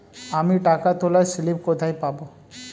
আমি টাকা তোলার স্লিপ কোথায় পাবো?